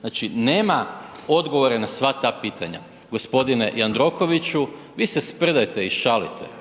Znači nema odgovore na sva ta pitanja. G. Jandrokoviću, vi se sprdajte i šalite